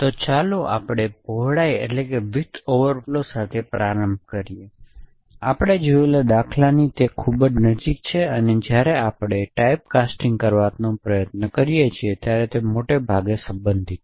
તેથી ચાલો પહોળાઈ ઓવરફ્લો સાથે પ્રારંભ કરીએ આ આપણે જોયેલા દાખલાની ખૂબ નજીક છે અને જ્યારે આપણે ટાઇપકાસ્ટિંગ કરવાનો પ્રયત્ન કરીએ ત્યારે તે મોટે ભાગે સંબંધિત છે